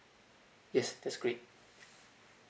yes that's great